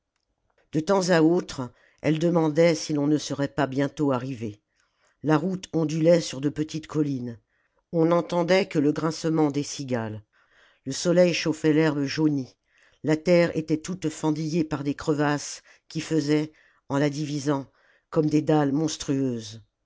de temps à autre elle demandait si l'on ne serait pas bientôt arrivé la route ondulait sur de petites collines on n'entendait que le grincement des cigales le soleil chauffait l'herbe jaunie la terre était toute fendillée par des crevasses qui faisaient en la divisant comme des dalles monstrueuses